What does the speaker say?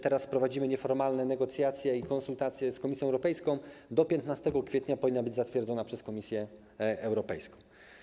Teraz prowadzimy nieformalne negocjacje i konsultacje z Komisją Europejską, a do 15 kwietnia umowa powinna być zatwierdzona przez Komisję Europejską.